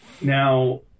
Now